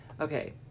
Okay